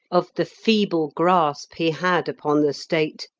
of the feeble grasp he had upon the state,